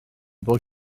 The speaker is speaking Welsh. bob